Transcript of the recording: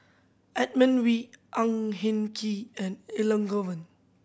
Edmund Wee Ang Hin Kee and Elangovan